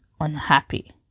unhappy